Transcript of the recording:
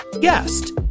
guest